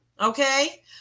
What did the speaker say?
okay